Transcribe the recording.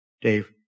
Dave